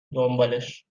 دنبالش